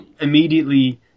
immediately